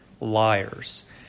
liars